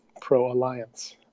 pro-Alliance